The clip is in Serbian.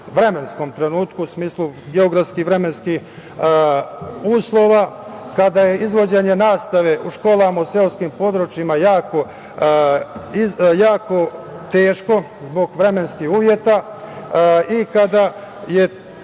vremenskom trenutku, u smislu geografskih i vremenskih uslova, kada je izvođenje nastave u školama u seoskim područjima jako teško zbog vremenskih prilika i kada je